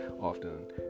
often